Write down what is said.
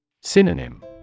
Synonym